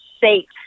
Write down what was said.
safe